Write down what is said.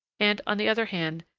and, on the other hand,